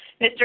Mr